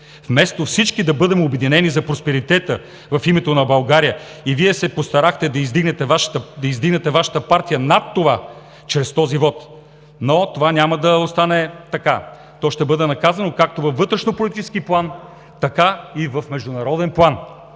Вместо всички да бъдем обединени за просперитета в името на България, Вие се постарахте да издигнете Вашата партия над това чрез този вот, но това няма да остане така. То ще бъде наказано както във вътрешнополитически, така и в международен план.